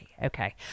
Okay